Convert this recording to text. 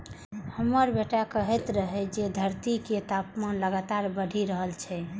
हमर बेटा कहैत रहै जे धरतीक तापमान लगातार बढ़ि रहल छै